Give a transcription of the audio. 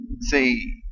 see